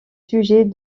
sujets